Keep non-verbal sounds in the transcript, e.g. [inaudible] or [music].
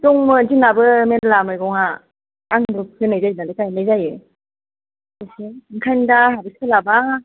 दंमोन जोंनाबो मेरला मैगङा आं [unintelligible] गायनाय जायो ओंखायनो दा आंहोबो सोलाबा